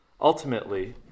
Ultimately